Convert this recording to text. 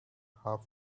half